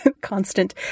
constant